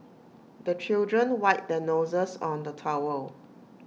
the children wipe their noses on the towel